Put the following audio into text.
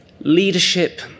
Leadership